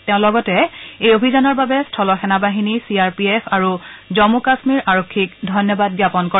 তেওঁ লগতে এই অভিযানৰ বাবে স্থল সেনাবাহিনী চি আৰ পি এফ আৰু জম্মু কাম্মীৰ আৰক্ষীক ধন্যবাদ জ্ঞাপন কৰে